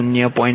5